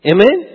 Amen